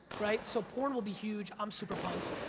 right? so, porn will be huge, i'm super pumped.